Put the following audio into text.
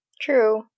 True